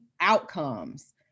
outcomes